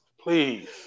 please